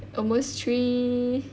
almost three